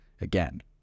again